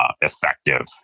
effective